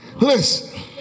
listen